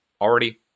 Already